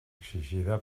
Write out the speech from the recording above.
exigida